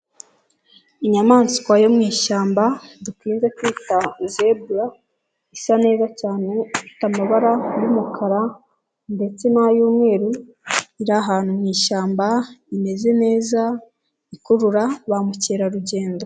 Inyamaswa yo mwishyamba dukunze kwita zebura isa neza cyane, ifite amabara y'umukara ndetse n'ay'umweru, iri ahantu mwishyamba, imeze neza ikurura ba mukerarugendo.